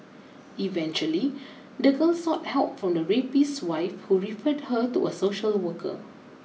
eventually the girl sought help from the rapist's wife who referred her to a social worker